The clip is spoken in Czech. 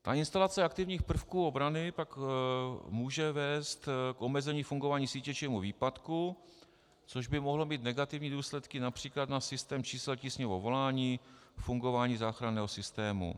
Ta instalace aktivních prvků obrany pak může vést k omezení fungování sítě či k jejímu výpadku, což by mohlo mít negativní důsledky např. na systém, čísla tísňového volání, fungování záchranného systému.